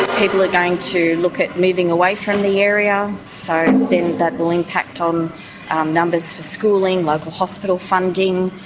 people are going to look at moving away from the area, so that will impact on um numbers for schooling, local hospital funding,